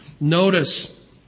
Notice